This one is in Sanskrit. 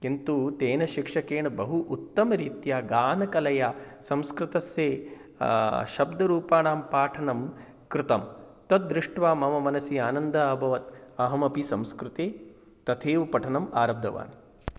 किन्तु तेन शिक्षकेन बहु उत्तमरीत्या गानकलया संस्कृतस्य शब्दरूपाणां पाठनं कृतम् तद् दृष्ट्वा मम मनसि आनन्दः अभवत् अहमपि संस्कृते तथैव पठनम् आरब्धवान्